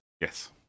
yes